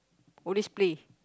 always play